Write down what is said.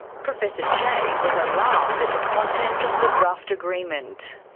professor chey was alarmed at the content of the draft agreement.